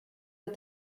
but